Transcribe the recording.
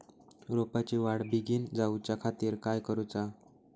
रोपाची वाढ बिगीन जाऊच्या खातीर काय करुचा?